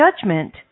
judgment